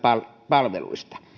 palveluista